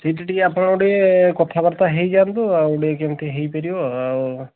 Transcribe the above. ସେଇଠି ଟିକେ ଆପଣ ଟିକେ କଥାବାର୍ତ୍ତା ହେଇଯାଆନ୍ତୁ ଆଉ ଟିକେ କେମିତି ହୋଇପାରିବ ଆଉ